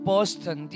Boston